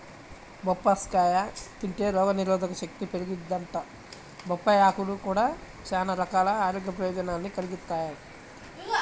బొప్పాస్కాయ తింటే రోగనిరోధకశక్తి పెరిగిద్దంట, బొప్పాయ్ ఆకులు గూడా చానా రకాల ఆరోగ్య ప్రయోజనాల్ని కలిగిత్తయ్